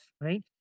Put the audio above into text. right